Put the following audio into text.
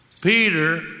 Peter